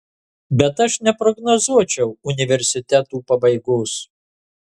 bet aš neprognozuočiau universitetų pabaigos